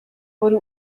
wurde